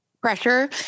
pressure